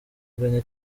urwenya